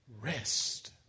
rest